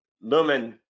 Lumen